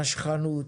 נשכנות,